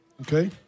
Okay